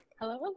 Hello